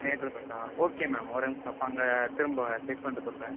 ஹைத்ராபாத்தா okay ma'am ஒரு நிமிஷம் இப்போ அங்கே திரும்ப செக் பண்ணிட்டு சொல்லுறேன்